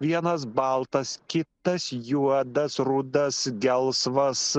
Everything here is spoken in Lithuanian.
vienas baltas kitas juodas rudas gelsvas